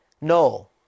No